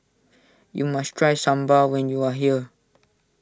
you must try Sambal when you are here